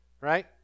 right